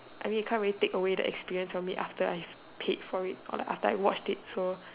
I mean you can't really take away the experience from it after I've paid for it or after I've watched it so